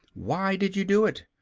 why did you do it?